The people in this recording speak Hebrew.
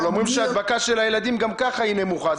אבל אומרים שההדבקה של הילדים גם ככה היא נמוכה,